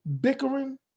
bickering